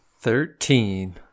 Thirteen